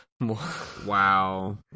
wow